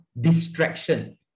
distraction